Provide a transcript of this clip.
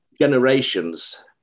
generations